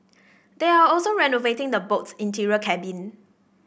they are also renovating the boat's interior cabin